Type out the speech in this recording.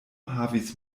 havis